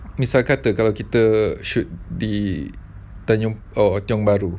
misalkan kalau kita shoot di tanjung tiong bahru